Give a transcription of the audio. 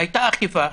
הייתה אכיפה